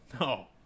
No